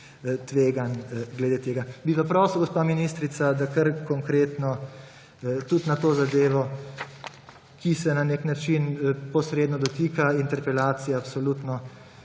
tveganj glede tega. Bi pa prosil, gospa ministrica, da kar konkretno tudi na to zadevo, ki se na nek način posredno dotika interpelacije, absolutno